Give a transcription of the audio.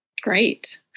Great